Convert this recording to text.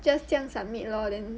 just 这样 submit lor then